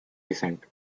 recent